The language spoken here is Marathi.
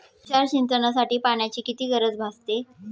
तुषार सिंचनासाठी पाण्याची किती गरज भासते?